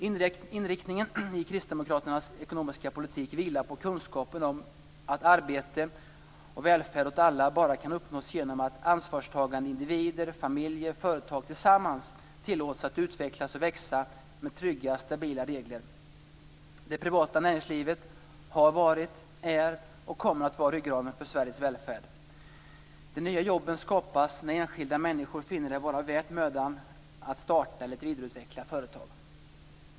Inriktningen i kristdemokraternas ekonomiska politik vilar på kunskapen om att arbete och välfärd åt alla bara kan uppnås genom att ansvarstagande individer, familjer och företag tillsammans tillåts att utvecklas och växa med trygga och stabila regler. Det privata näringslivet har varit, är och kommer att vara ryggraden för Sveriges välfärd. De nya jobben skapas när enskilda människor finner det vara mödan värt att starta eller vidareutveckla företag.